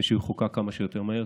ושהוא יחוקק כמה שיותר מהר.